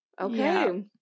Okay